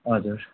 हजुर